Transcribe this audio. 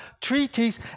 treaties